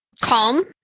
calm